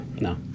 no